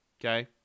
Okay